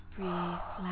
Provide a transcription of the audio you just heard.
Breathe